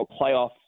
playoff